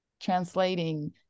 Translating